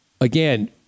again